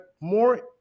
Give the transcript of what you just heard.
more